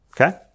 Okay